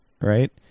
right